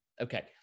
okay